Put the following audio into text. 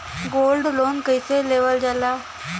Gold loan कईसे लेवल जा ला?